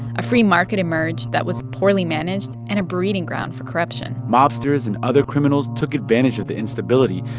a free market emerged that was poorly managed and a breeding ground for corruption mobsters and other criminals took advantage of the instability,